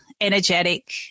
energetic